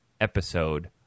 episode